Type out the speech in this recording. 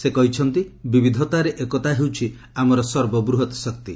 ସେ କହିଛନ୍ତି ବିବିଧତାରେ ଏକତା ହେଉଛି ଆମର ସର୍ବବୃହତ୍ ଶକ୍ତି